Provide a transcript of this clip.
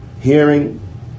hearing